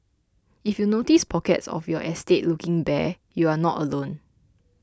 if you notice pockets of your estate looking bare you are not alone